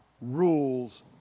rules